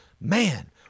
man